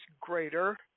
greater